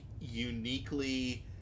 uniquely